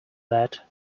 that